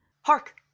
hark